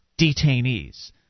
detainees